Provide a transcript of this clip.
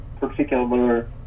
particular